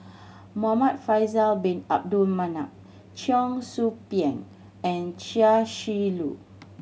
Muhamad Faisal Bin Abdul Manap Cheong Soo Pieng and Chia Shi Lu